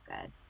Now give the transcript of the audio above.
good